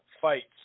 fights